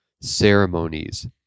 ceremonies